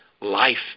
life